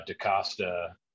DaCosta